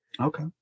Okay